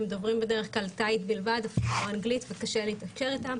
בדרך כלל הם דוברים תאית בלבד ואפילו לא אנגלית אז קשה לתקשר איתם,